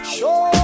Show